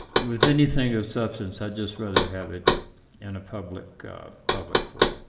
with anything of substance, i just rather have it in a public public forum